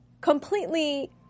completely